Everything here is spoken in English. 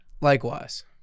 likewise